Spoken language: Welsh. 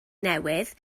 newydd